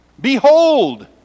behold